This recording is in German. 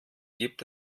gibt